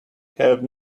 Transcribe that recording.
have